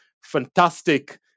fantastic